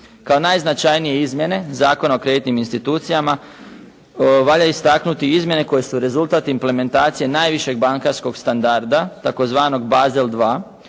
Kao najznačajnije izmjene Zakona o kreditnim institucijama valja istaknuti i izmjene koje su rezultat implementacije najvišeg bankarskog standarda, tzv. basel